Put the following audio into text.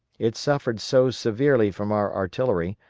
it suffered so severely from our artillery,